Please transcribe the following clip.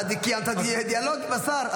אתה קיימת דיאלוג עם השר.